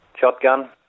shotgun